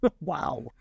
Wow